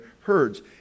herds